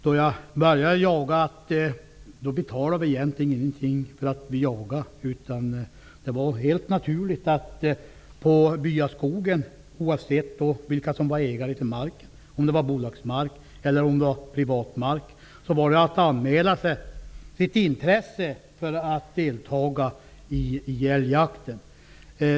Då jag började jaga betalade vi nästan ingenting för att få jaga. För jakt i byaskogen -- oavsett vem som var ägare, om det var bolagsmark eller privat mark -- var det helt naturligt att man anmälde sitt intresse för att delta i älgjakten.